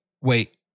wait